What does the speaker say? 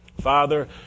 Father